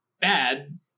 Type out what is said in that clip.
bad